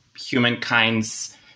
humankind's